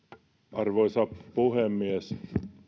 arvoisa puhemies